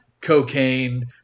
cocaine